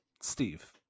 Steve